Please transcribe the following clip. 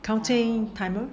counting timer